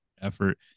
effort